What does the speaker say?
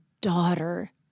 daughter